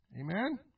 Amen